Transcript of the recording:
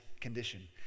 condition